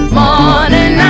morning